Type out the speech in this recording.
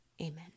Amen